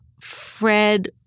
Fred